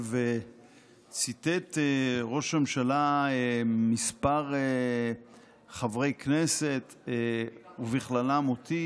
ציטט ראש הממשלה כמה חברי כנסת ובכללם אותי,